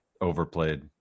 overplayed